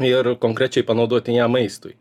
ir konkrečiai panaudoti ją maistui